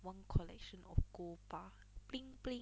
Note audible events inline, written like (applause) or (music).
one collection of gold bar (noise)